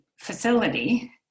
facility